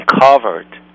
covered